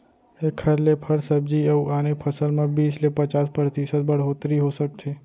एखर ले फर, सब्जी अउ आने फसल म बीस ले पचास परतिसत बड़होत्तरी हो सकथे